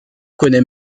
connaît